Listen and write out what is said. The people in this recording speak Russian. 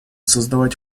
создавать